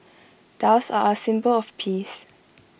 doves are A symbol of peace